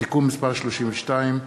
(תיקון מס' 32)